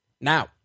Now